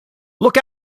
look